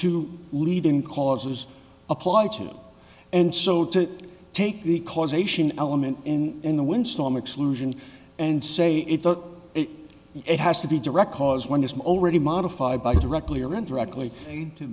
two leading causes apply to and so to take the causation element in in the windstorm exclusion and say it that it has to be direct cause one has already modified by directly or indirectly to